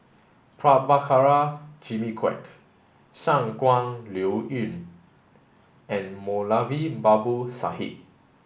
Prabhakara Jimmy Quek Shangguan Liuyun and Moulavi Babu Sahib